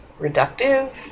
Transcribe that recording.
reductive